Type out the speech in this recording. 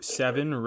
seven